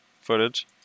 footage